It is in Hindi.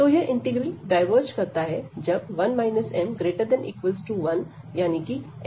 तो यह इंटीग्रल डायवर्ज करता है जब 1 m≥1 यानी कि m≤0